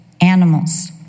animals